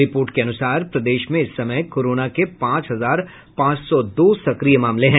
report के अनुसार प्रदेश में इस समय कोरोना के पांच हजार पांच सौ दो सक्रिय मामले हैं